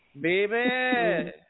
Baby